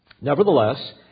Nevertheless